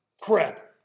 crap